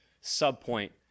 sub-point